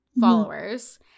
followers